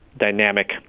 dynamic